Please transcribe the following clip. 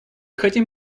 хотим